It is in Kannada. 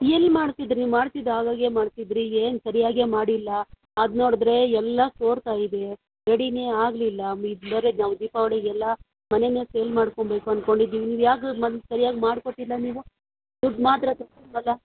ಎಲ್ಲಿ ಮಾಡಿಸಿದ್ರಿ ನೀವು ಮಾಡ್ಸಿದ್ದು ಆವಾಗೆ ಮಾಡಿಸಿದ್ರಿ ಈಗ ಏನು ಸರಿಯಾಗೆ ಮಾಡಿಲ್ಲ ಅದು ನೋಡಿದ್ರೆ ಎಲ್ಲ ಸೋರ್ತಾ ಇದೆ ರೆಡಿನೇ ಆಗಲಿಲ್ಲ ಇದು ಬೇರೆ ನಾವು ದೀಪಾವಳಿಗೆಲ್ಲ ಮನೆನ ಸೇಲ್ ಮಾಡ್ಕೊಳ್ಬೇಕು ಅಂದ್ಕೊಂಡಿದ್ದೀವಿ ನೀವು ಯಾಕೆ ಮತ್ತು ಸರಿಯಾಗಿ ಮಾಡಿಕೊಟ್ಟಿಲ್ಲ ನೀವು ದುಡ್ಡು ಮಾತ್ರ ತಗೊಂಡ್ರಲ್ಲಾ